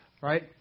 right